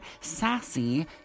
sassy